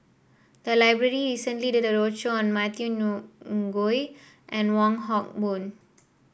the library recently did a roadshow on Matthew Ngui and Wong Hock Boon